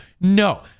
No